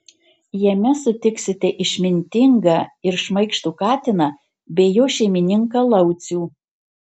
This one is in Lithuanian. jame sutiksite išmintingą ir šmaikštų katiną bei jo šeimininką laucių